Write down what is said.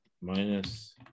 minus